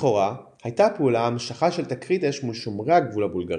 לכאורה הייתה הפעולה המשכה של תקרית אש מול שומרי הגבול הבולגרים,